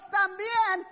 también